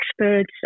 experts